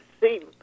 see